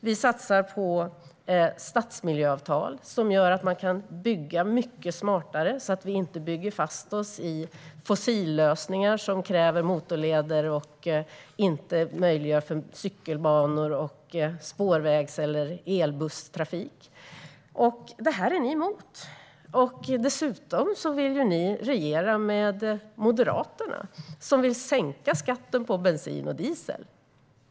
Vi satsar på stadsmiljöavtal, som gör att vi kan bygga smartare och inte bygger fast oss i fossillösningar som kräver motorleder och inte möjliggör för cykelbanor och spårvägs eller elbusstrafik. Detta är ni emot. Dessutom vill ni regera med Moderaterna, som vill sänka skatten på bensin och diesel.